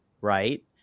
right